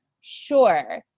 Sure